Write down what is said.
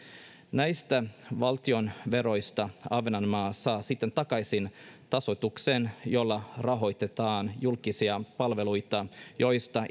näistä valtion veroista ahvenanmaa saa sitten takaisin tasoituksen jolla rahoitetaan julkisia palveluita joista